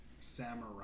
samurai